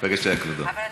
בבקשה, כבודו.